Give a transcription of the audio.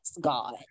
God